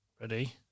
Ready